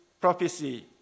prophecy